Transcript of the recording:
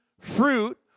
fruit